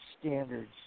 standards